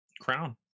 crown